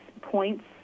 points